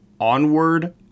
onward